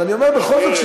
אבל אני אומר בכל זאת,